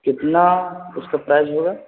کتنا اس کا پرائز ہوگا